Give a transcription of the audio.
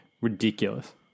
ridiculous